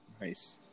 Nice